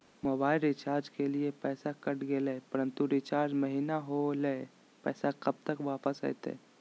Mobile recharge के लिए पैसा कट गेलैय परंतु रिचार्ज महिना होलैय, पैसा कब तक वापस आयते?